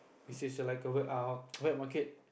which is a like a wet uh wet market